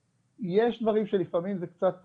יש דברים שלפעמים זה קצת חורג,